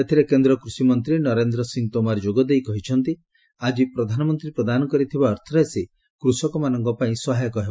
ଏଥିରେ କେନ୍ଦ୍ର କୃଷିମନ୍ତ୍ରୀ ନରେନ୍ଦ୍ର ସିଂ ତୋମାର ଯୋଗଦେଇ କହିଛନ୍ତି ଆଜି ପ୍ରଧାନମନ୍ତ୍ରୀ ପ୍ରଦାନ କରିଥିବା ଅର୍ଥରାଶି କୃଷକମାନଙ୍କ ପାଇଁ ସହାୟକ ହେବ